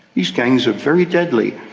these gangs are very deadly.